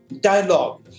dialogue